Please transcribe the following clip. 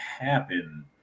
happen